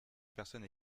personnes